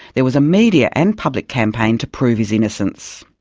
there was a media and public campaign to prove his innocence.